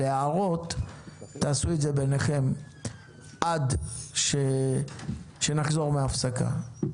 הערות תעשו את זה ביניכם עד שנחזור מההפסקה.